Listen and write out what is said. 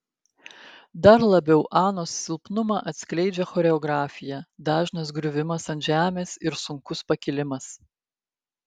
dar labiau anos silpnumą atskleidžia choreografija dažnas griuvimas ant žemės ir sunkus pakilimas